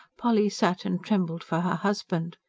polly sat and trembled for her husband.